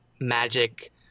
magic